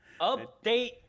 Update